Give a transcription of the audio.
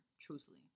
Truthfully